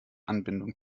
anbindung